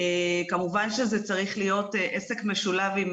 כמובן זה צריך להיות עסק משולב עם